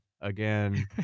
again